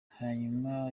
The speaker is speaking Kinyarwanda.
hanyuma